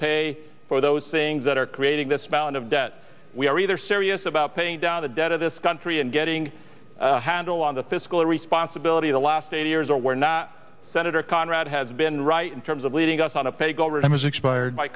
pay for those things that are creating this bout of debt we are either serious about paying down the debt of this country and getting a handle on the fiscal responsibility the last eight years or we're not senator conrad has been right in terms of leading us on a peg already has expired